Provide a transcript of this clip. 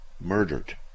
murdered